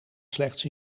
slechts